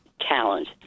talent